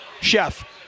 chef